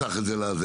לא,